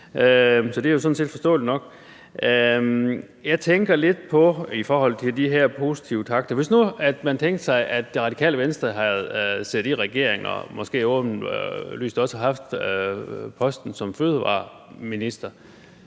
så det er jo sådan set forståeligt nok. Jeg tænker lidt på noget i forhold til de her positive takter: Hvis nu man tænkte sig, at Det Radikale Venstre havde siddet i regering og måske også havde haft posten som fødevareminister,